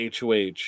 HOH